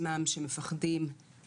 עצם זה שבכנסת יש כל כך הרבה חברי וחברות